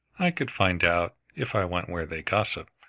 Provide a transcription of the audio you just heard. i could find out, if i went where they gossip.